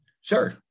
Sure